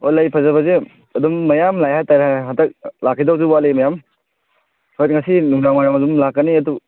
ꯑꯣ ꯂꯩ ꯐꯖꯕꯁꯦ ꯑꯗꯨꯝ ꯃꯌꯥꯝ ꯂꯥꯛꯑꯦ ꯍꯥꯏ ꯇꯥꯔꯦ ꯍꯟꯗꯛ ꯂꯥꯛꯈꯤꯗꯧꯁꯨ ꯋꯥꯠꯂꯤ ꯃꯌꯥꯝ ꯍꯣꯏ ꯉꯁꯤ ꯅꯨꯡꯗꯥꯡꯋꯥꯏꯔꯝ ꯑꯗꯨꯝ ꯂꯥꯛꯀꯅꯤ ꯑꯗꯨ